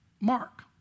Mark